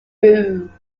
boom